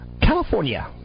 California